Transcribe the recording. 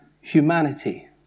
humanity